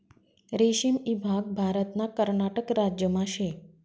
रेशीम ईभाग भारतना कर्नाटक राज्यमा शे